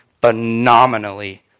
phenomenally